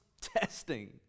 testing